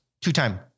Two-time